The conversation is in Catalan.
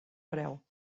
preu